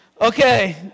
Okay